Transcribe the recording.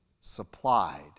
supplied